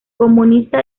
comunista